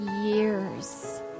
years